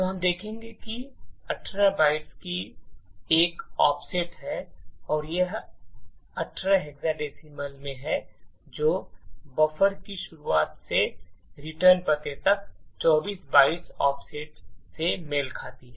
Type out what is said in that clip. तो हम देखते हैं कि 18 बाइट्स की एक ऑफसेट है और यह 18 हेक्साडेसिमल में है जो बफर की शुरुआत से रिटर्न पते तक 24 बाइट्स ऑफसेट से मेल खाती है